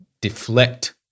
deflect